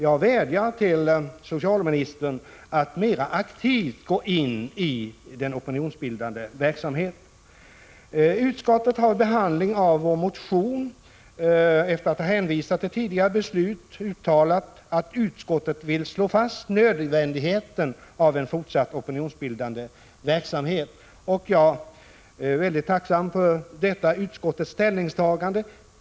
Jag vädjar till socialministern att mer aktivt gå in i den opinionsbildande verksamheten. Utskottet har vid behandlingen av vår motion, efter att ha hänvisat till tidigare beslut, uttalat att man vill slå fast nödvändigheten av en fortsatt opinionsbildande verksamhet. Jag är mycket tacksam för utskottets ställningstagande.